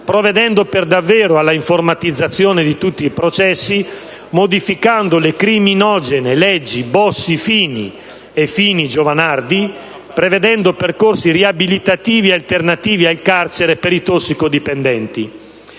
provvedendo per davvero alla informatizzazione di tutti i processi, modificando le criminogene leggi Bossi-Fini e Fini-Giovanardi; prevedendo percorsi riabilitativi alternativi al carcere per i tossico dipendenti.